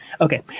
Okay